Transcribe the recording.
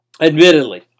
Admittedly